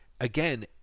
again